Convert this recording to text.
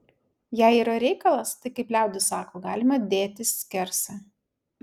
jei yra reikalas tai kaip liaudis sako galima dėti skersą